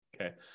Okay